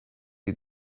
you